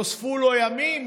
נוספו לו ימים,